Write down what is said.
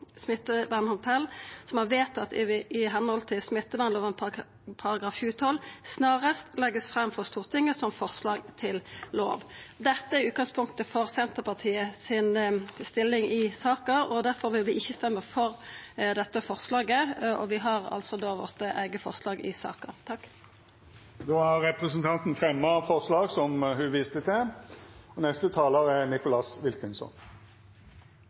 vedtatt i medhold av smittevernloven § 7-12 snarest legges frem for Stortinget som forslag til lov.» Dette er utgangspunktet for Senterpartiet si stilling i saka. Difor vil vi ikkje stemma for dette forslaget, og vi har altså vårt eige forslag i saka. Då har representanten Kjersti Toppe sett fram det forslaget ho refererte. Det er